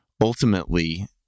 ultimately